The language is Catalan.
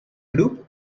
grup